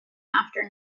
after